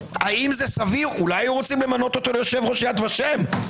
אולי רוצים למנותו ליושב-ראש יד ושם?